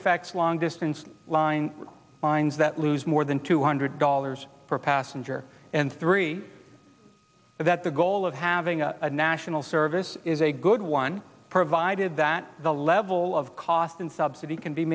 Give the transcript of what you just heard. fact long distance line lines that lose more than two hundred dollars per passenger and three that the goal of having a national service is a good one provided that the level of cost and subsidy can be